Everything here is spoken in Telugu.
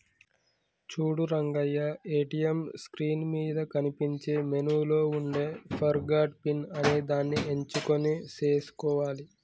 చూడు రంగయ్య ఏటీఎం స్క్రీన్ మీద కనిపించే మెనూలో ఉండే ఫర్గాట్ పిన్ అనేదాన్ని ఎంచుకొని సేసుకోవాలి